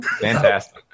Fantastic